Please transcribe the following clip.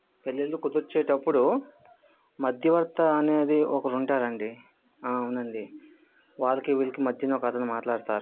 పెళ్ళిళ్ళు కుదిర్చేటప్పుడు మధ్యవర్తి అనేది ఒకరు ఉంటారు అండి ఆ అవును అండి వాళ్ళకి వీళ్ళకి మధ్యలో ఒక అతను మాట్లాడుతారు